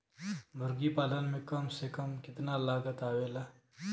मुर्गी पालन में कम से कम कितना लागत आवेला?